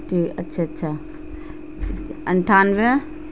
جی اچھا اچھا اٹھانوے